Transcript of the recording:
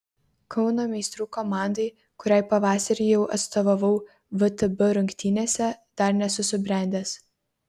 kauno meistrų komandai kuriai pavasarį jau atstovavau vtb rungtynėse dar nesu subrendęs